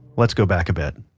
let's go back a bit,